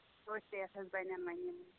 أتھۍ ریٹَس بَنن وٕ یِم